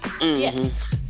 Yes